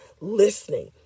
listening